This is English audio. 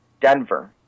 Denver